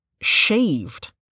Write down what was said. shaved